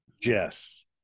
Jess